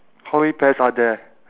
how many pears are there